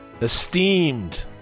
esteemed